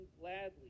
gladly